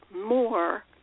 more